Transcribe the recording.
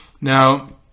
Now